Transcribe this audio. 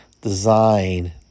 design